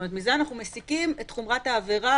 מזה אנחנו מסיקים את חומרת העבירה.